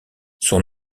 son